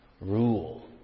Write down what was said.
rule